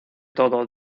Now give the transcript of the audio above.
todo